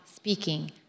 speaking